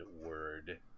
word